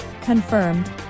Confirmed